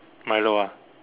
Milo ah